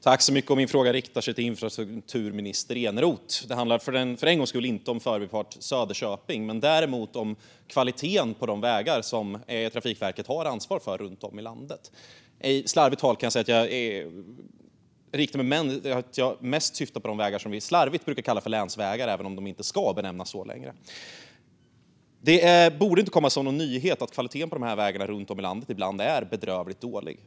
Fru talman! Min fråga riktar sig till infrastrukturminister Eneroth. Det handlar för en gångs skull inte om Förbifart Söderköping men däremot om kvaliteten på de vägar som Trafikverket har ansvar för runt om i landet. Jag syftar på de vägar som vi slarvigt brukar kalla för länsvägar, även om de inte ska benämnas så längre. Det borde inte komma som någon nyhet att kvaliteten på dessa vägar runt om i landet ibland är bedrövligt dålig.